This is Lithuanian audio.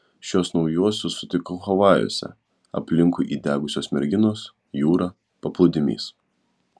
šiuos naujuosius sutikau havajuose aplinkui įdegusios merginos jūra paplūdimys